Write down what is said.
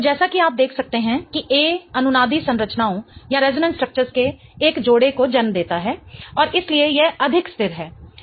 तो जैसा कि आप देख सकते हैं कि A अनुनादी संरचनाओं के एक जोड़े को जन्म देता है और इसलिए यह अधिक स्थिर है